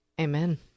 Amen